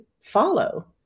follow